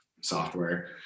software